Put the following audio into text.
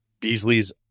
Beasley's